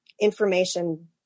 information